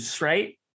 right